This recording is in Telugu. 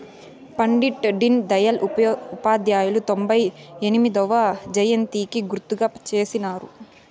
పండిట్ డీన్ దయల్ ఉపాధ్యాయ తొంభై ఎనిమొదవ జయంతికి గుర్తుగా చేసినారు